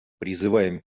призываем